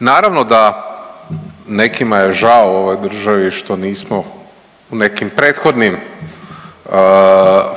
Naravno da nekima je žao u ovoj državi što nismo u nekim prethodnim